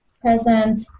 present